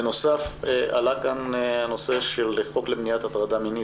בנוסף עלה כאן הנושא של החוק למניעת הטרדה מינית,